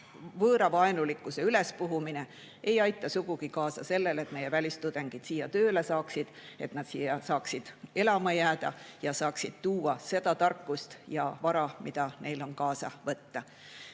võõravaenulikkuse ülespuhumine ei aita sugugi kaasa sellele, et meie välistudengid siin tööle saaksid, et nad saaksid siia elama jääda ja tuua meile tarkust ja vara, mida neil on kaasa võtta.